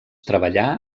treballà